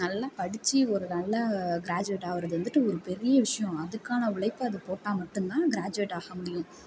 நல்ல படித்து ஒரு நல்ல கிராஜுவேட் ஆகிறது வந்துட்டு ஒரு பெரிய விஷயோம் அதுக்கான உழைப்பை அது போட்டால் மட்டும் தான் கிராஜுவேட் ஆக முடியும்